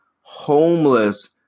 homeless